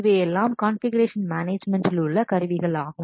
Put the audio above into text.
இவையெல்லாம் கான்ஃபிகுரேஷன் மேனேஜ்மென்டில் உள்ள கருவிகள் ஆகும்